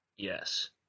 Yes